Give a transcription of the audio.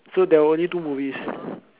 so there were only two movies